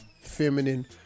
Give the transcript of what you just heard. feminine